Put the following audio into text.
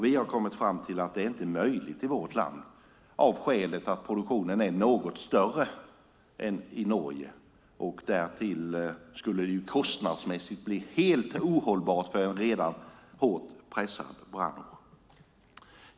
Vi har kommit fram till att det inte är möjligt i vårt land på grund av att produktionen är något större än i Norge. Det skulle kostnadsmässigt bli helt ohållbart för en redan hårt pressad bransch.